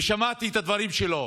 ושמעתי את הדברים שלו,